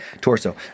Torso